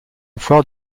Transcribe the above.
foire